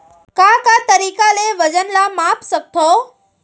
का का तरीक़ा ले वजन ला माप सकथो?